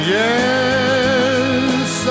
yes